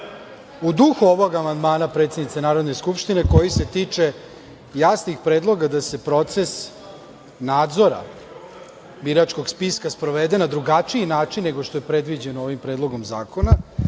u duhu ovog amandmana, predsednice Narodne skupštine, koji se tiče jasnih predloga da se proces nadzora biračkog spiska sprovede na drugačiji način nego što je predviđeno ovim Predlogom zakona,